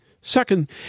Second